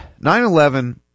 9/11